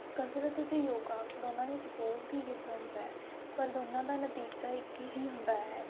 ਕਸਰਤ ਅਤੇ ਯੋਗਾ ਦੋਨਾਂ ਵਿੱਚ ਬਹੁਤ ਹੀ ਡਿਫਰੈਂਸ ਹੈ ਪਰ ਦੋਨਾਂ ਦਾ ਨਤੀਜਾ ਇੱਕ ਹੀ ਹੁੰਦਾ ਹੈ